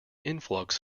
influx